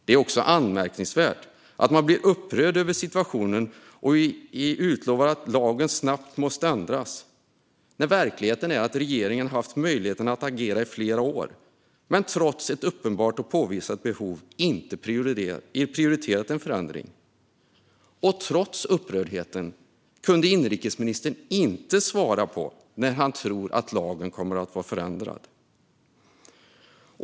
Det är också anmärkningsvärt att man blir upprörd över situationen och utlovar att lagen snabbt måste ändras när verkligheten är att regeringen haft möjligheten att agera i flera år men trots ett uppenbart och påvisat behov inte prioriterat en förändring. Trots upprördheten kunde inrikesministern inte svara på när han tror att lagen kommer att vara förändrad.